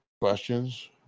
questions